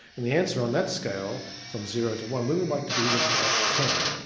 and the answer on that scale from zero to one, we would like to be looking at ten.